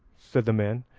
said the man,